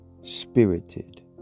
spirited